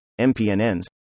MPNNs